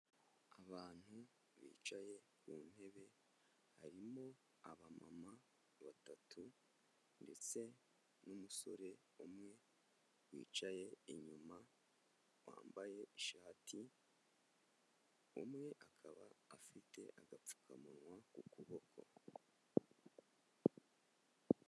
Abantu bicaye ku ntebe, harimo abamama batatu ndetse n'umusore umwe wicaye inyuma wambaye ishati. Umwe akaba afite agapfukamunwa ku kuboko.